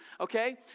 Okay